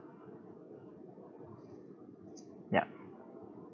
ya